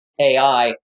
AI